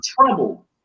Trouble